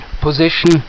position